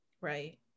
right